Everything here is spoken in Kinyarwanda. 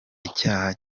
icyaha